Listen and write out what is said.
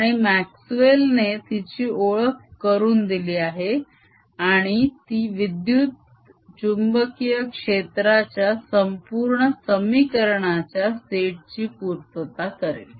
आणि म्याक्स्वेल ने तिची ओळख करून दिली आणि ती विद्युत चुंबकीय क्षेत्राच्या संपूर्ण समीकरणाच्या सेट ची पूर्तता करेल